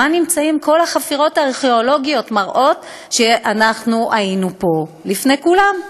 כל החפירות הארכיאולוגיות מראות שאנחנו היינו פה לפני כולם.